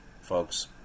folks